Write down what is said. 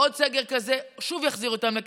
עוד סגר כזה יחזיר אותם שוב